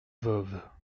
voves